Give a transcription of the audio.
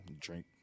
drink